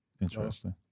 interesting